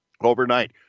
overnight